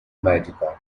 magical